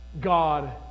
God